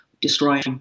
destroying